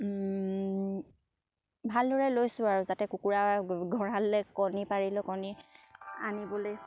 ভালদৰে লৈছোঁ আৰু যাতে কুকুৰা কণী পাৰিলেও কণী আনিবলে